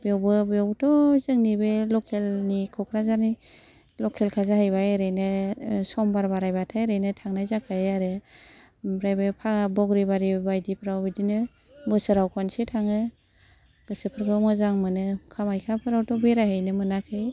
बेवबो बेवबोथ' जोंनि बे लकेल नि क'क्राझारनि लखेल खा जाहैबाय ओरैनो समबार बारायबाथाय ओरैनो थांनाय जाखायो आरो ओमफ्राय बे ब'ग्रिबारि बायदिफ्राव बिदिनो बोसोराव खनसे थाङो गोसोफोरखौ मोजां मोनो कामाक्याफोरावथ' बेरायहैनो मोनाखै